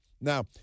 Now